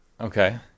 Okay